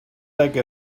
like